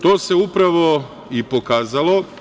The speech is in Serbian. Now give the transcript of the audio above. To se upravo i pokazalo.